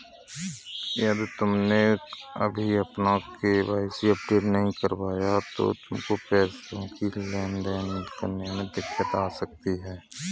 यदि तुमने अभी अपना के.वाई.सी अपडेट नहीं करवाया तो तुमको पैसों की लेन देन करने में दिक्कत आ सकती है